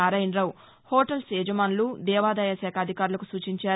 Narayana Rao hotels యజమానులు దేవదాయ శాఖ అధికారులకు సూచించారు